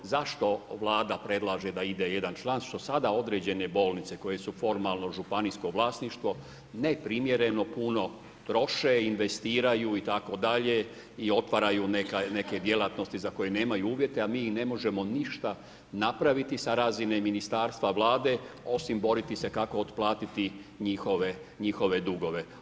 Zašto Vlada predlaže da ide jedan član, što sada određene bolnice koje su formalno županijsko vlasništvo, neprimjereno puno troše i investiraju itd. i otvaraju neke djelatnosti za koje nemaju uvjete, a mi ne možemo ništa napraviti sa razine Ministarstva, Vlade osim boriti se kako otplatiti njihove dugove.